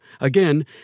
Again